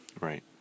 Right